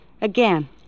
Again